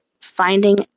finding